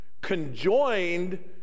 conjoined